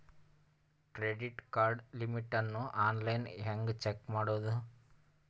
Credit card limit ಅನ್ನು online ಹೆಂಗ್ check ಮಾಡೋದು?